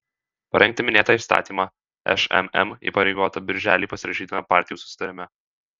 parengti minėtą įstatymą šmm įpareigota birželį pasirašytame partijų susitarime